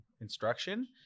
instruction